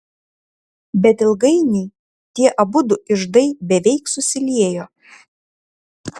bet ilgainiui tie abudu iždai beveik susiliejo